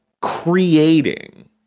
creating